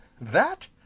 That